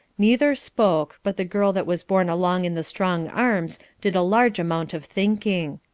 neither spoke, but the girl that was borne along in the strong arms did a large amount of thinking.